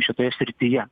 šitoje srityje